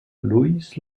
lewis